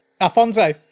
Alfonso